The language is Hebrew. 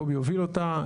קובי יובל אותה.